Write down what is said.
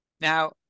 Now